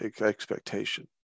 expectation